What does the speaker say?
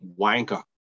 wanker